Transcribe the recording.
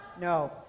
No